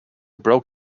broke